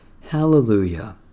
Hallelujah